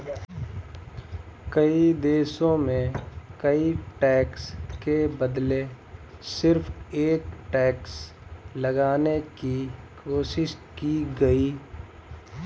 कई देशों में कई टैक्स के बदले सिर्फ एक टैक्स लगाने की कोशिश की गयी